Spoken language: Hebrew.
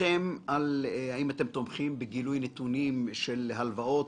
האם אתם תומכים בגילוי נתונים של הלוואות